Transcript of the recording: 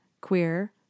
queer